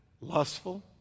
lustful